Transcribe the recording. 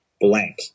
blank